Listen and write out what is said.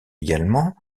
également